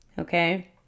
okay